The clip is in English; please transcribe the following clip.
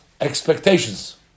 expectations